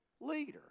leader